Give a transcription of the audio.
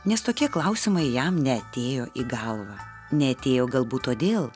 nes tokie klausimai jam neatėjo į galvą neatėjo galbūt todėl